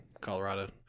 Colorado